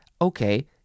okay